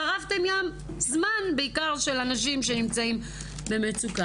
שרפתם ים זמן, בעיקר של אנשים שנמצאים במצוקה.